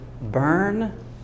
burn